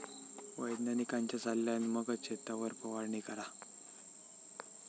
वैज्ञानिकांच्या सल्ल्यान मगच शेतावर फवारणी करा